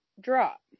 drop